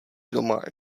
doma